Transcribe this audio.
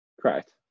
Correct